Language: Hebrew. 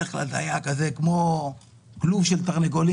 בדרך כלל זה היה כמו בכלוב של תרנגולים,